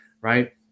right